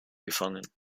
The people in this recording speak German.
gefangen